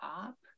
up